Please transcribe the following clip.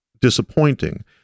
disappointing